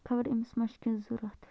خبر أمِس ما چھُ کیٚنٛہہ ضوٚرَتھ